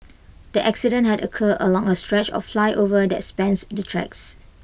the accident had occurred along A stretch of flyover that spans the tracks